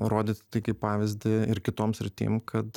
parodyt tai kaip pavyzdį ir kitom sritim kad